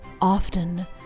often